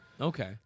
Okay